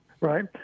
Right